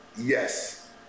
yes